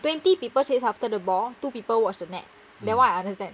twenty people chase after the ball two people watch the net that [one] I understand